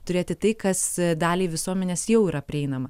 turėti tai kas daliai visuomenės jau yra prieinama